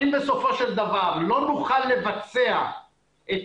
אם בסופו של דבר לא נוכל לבצע את